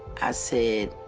i said,